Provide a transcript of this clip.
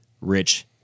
rich